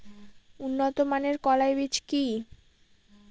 উন্নত মানের কলাই বীজ কি?